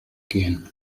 gehen